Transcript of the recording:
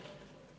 חסון.